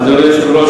אדוני היושב-ראש,